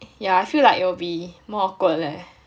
yeah I feel like it will be more awkward leh